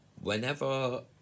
whenever